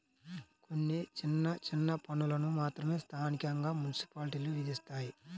కొన్ని చిన్న చిన్న పన్నులను మాత్రమే స్థానికంగా మున్సిపాలిటీలు విధిస్తాయి